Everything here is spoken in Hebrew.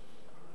אין.